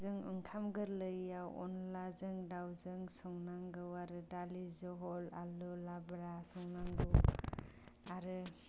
जों ओंखाम गोरलैआव अनद्लाजों दाउजों संनांगौआ आरो दालि जहल आलु लाब्रा संनांगौ आरो